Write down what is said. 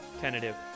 tentative